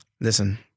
listen